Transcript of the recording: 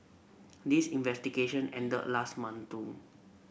this investigation ended last month too